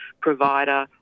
provider